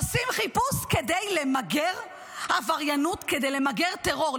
עושים חיפוש כדי למגר עבריינות, כדי למגר טרור.